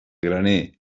graner